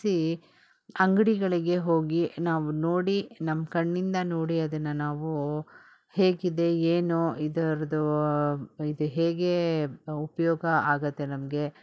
ನಿಲ್ಲಿಸಿ ಅಂಗಡಿಗಳಿಗೆ ಹೋಗಿ ನಾವು ನೋಡಿ ನಮ್ಮ ಕಣ್ಣಿಂದ ನೋಡಿ ಅದನ್ನು ನಾವು ಹೇಗಿದೆ ಏನು ಇದರ್ದು ಇದು ಹೇಗೆ ಉಪಯೋಗ ಆಗುತ್ತೆ ನಮಗೆ